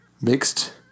mixed